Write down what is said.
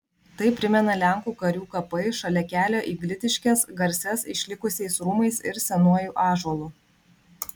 tai primena lenkų karių kapai šalia kelio į glitiškes garsias išlikusiais rūmais ir senuoju ąžuolu